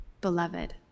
beloved